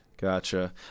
Gotcha